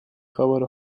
خبر